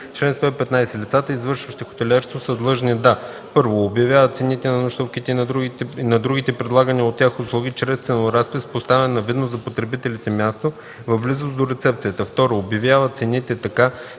115. Лицата, извършващи хотелиерство, са длъжни да: 1. обявяват цените на нощувките и на другите предлагани от тях услуги чрез ценоразпис, поставен на видно за потребителите място в близост до рецепцията; 2. обявяват цените така,